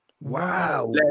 Wow